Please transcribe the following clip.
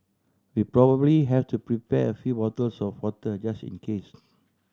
we probably have to prepare a few bottles of water just in case